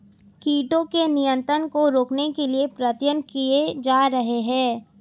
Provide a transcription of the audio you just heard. कीटों के नियंत्रण को रोकने के लिए प्रयत्न किये जा रहे हैं